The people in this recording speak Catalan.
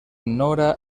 nora